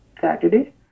Saturday